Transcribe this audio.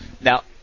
now